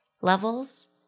levels